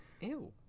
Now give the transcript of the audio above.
ew